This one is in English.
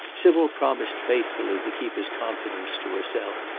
sybil promised faithfully to keep his confidence to herself,